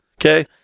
okay